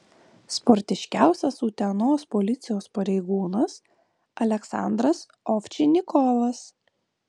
sportiškiausias utenos policijos pareigūnas aleksandras ovčinikovas